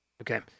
Okay